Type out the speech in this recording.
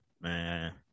man